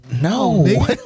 No